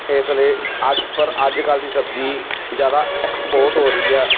ਇਸ ਵੇਲੇ ਅੱਜ ਪਰ ਅੱਜ ਕੱਲ੍ਹ ਦੀ ਸਬਜ਼ੀ ਜ਼ਿਆਦਾ ਐਕਸਪੋਰਟ ਹੋ ਰਹੀ ਆ